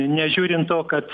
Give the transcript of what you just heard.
nežiūrint to kad